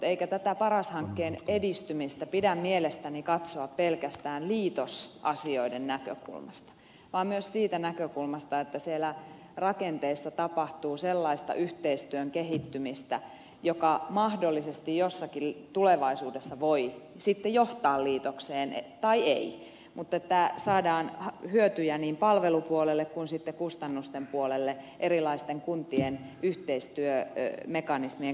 eikä tätä paras hankkeen edistymistä pidä mielestäni katsoa pelkästään liitosasioiden näkökulmasta vaan myös siitä näkökulmasta että siellä rakenteissa tapahtuu sellaista yhteistyön kehittymistä joka mahdollisesti jossakin tulevaisuudessa voi sitten johtaa liitokseen tai ei mutta että saadaan hyötyjä niin palvelupuolelle kuin myös kustannusten puolelle erilaisten kuntien yhteistyömekanismien kautta